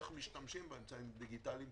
איך משתמשים באמצעים הדיגיטליים,